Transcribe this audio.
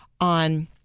on